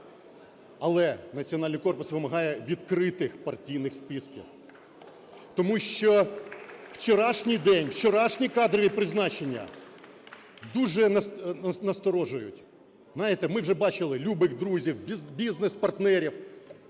Але "Національний корпус" вимагає відкритих партійних списків. Тому що вчорашній день, вчорашні кадрові призначення дуже насторожують. Знаєте, ми вже бачили "любих друзів", бізнес-партнерів,